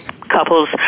couples